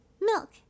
Milk